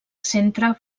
centre